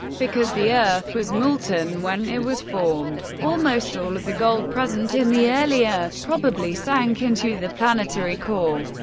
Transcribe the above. because the earth was molten when it was formed, almost all of the gold present in the early earth probably sank into the planetary core.